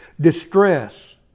distress